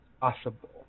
possible